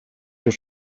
już